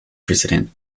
president